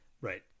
Right